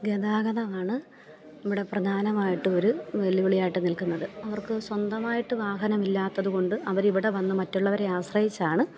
ഗതാഗതമാണ് ഇവിടെ പ്രധാനമായിട്ടും ഒരു വെല്ലുവിളിയായിട്ട് നിൽക്കുന്നത് അവർക്ക് സ്വന്തമായിട്ട് വാഹനമില്ലാത്തതുകൊണ്ട് അവര് ഇവിടെ വന്ന് മറ്റുള്ളവരെ ആശ്രയിച്ചാണ്